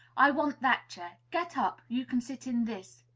i want that chair get up. you can sit in this.